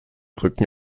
rücken